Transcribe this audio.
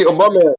Obama